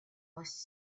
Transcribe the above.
was